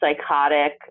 psychotic